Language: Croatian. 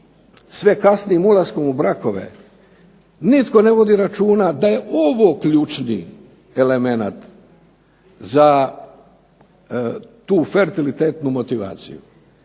sve kasnijim ulaskom u brakove, nitko ne vodi računa da je ovo ključni elemenat za tu fertilitetnu motivaciju.